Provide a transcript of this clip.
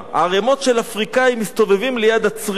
ערימות של אפריקנים מסתובבים ליד הצריף,